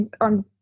on